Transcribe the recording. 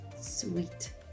sweet